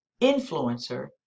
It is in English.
Influencer